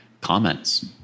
comments